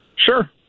Sure